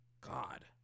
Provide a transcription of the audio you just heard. God